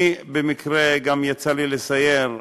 אני, במקרה גם יצא לי לסייר,